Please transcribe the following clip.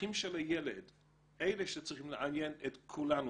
הצרכים של הילד הם אלה שצריכים לעניין את כולנו